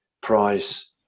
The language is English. price